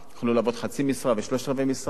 יוכלו לעבוד חצי משרה ושלושת-רבעי משרה,